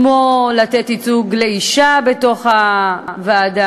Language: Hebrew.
כמו לתת ייצוג של אישה בתוך הוועדה,